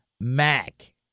Mac